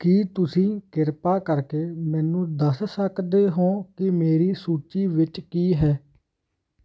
ਕੀ ਤੁਸੀਂ ਕਿਰਪਾ ਕਰਕੇ ਮੈਨੂੰ ਦੱਸ ਸਕਦੇ ਹੋ ਕਿ ਮੇਰੀ ਸੂਚੀ ਵਿੱਚ ਕੀ ਹੈ